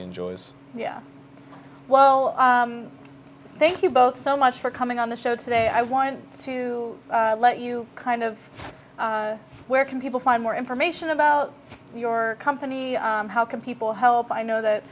enjoys yeah well thank you both so much for coming on the show today i want to let you kind of where can people find more information about your company how can people help i know that